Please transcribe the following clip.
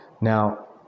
Now